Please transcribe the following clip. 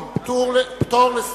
אני קובע שהצעת החוק לא עברה.